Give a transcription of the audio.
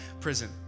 prison